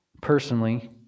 personally